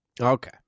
Okay